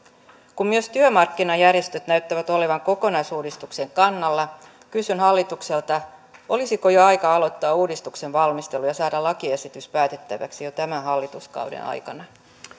kun myös työmarkkinajärjestöt näyttävät olevan kokonaisuudistuksen kannalla kysyn hallitukselta olisiko jo aika aloittaa uudistuksen valmistelu ja saada lakiesitys päätettäväksi jo tämän hallituskauden aikana